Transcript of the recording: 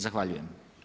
Zahvaljujem.